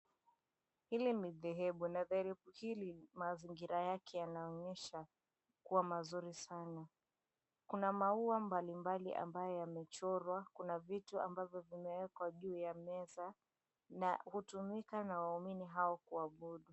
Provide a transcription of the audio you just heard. Hili ni dhehebu. Na dhehebu hili mazingira yake yanaonyesha kuwa mazuri sana. Kuna maua mbalimbali ambayo yamechorwa, kuna vitu ambavyo vimewekwa juu ya meza na hutumika na waumini hao kuabudu.